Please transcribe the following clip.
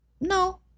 No